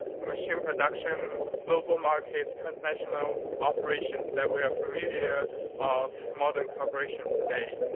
machine production, global markets, transnational operations that we are familiar of modern corporations today.